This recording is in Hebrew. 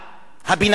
הבן-אדם,